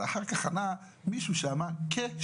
אבל אחר כך ענה מישהו שם - כ-300.